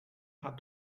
had